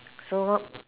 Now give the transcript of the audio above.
so